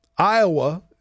Iowa